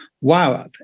wow